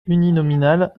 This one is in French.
uninominal